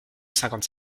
cinquante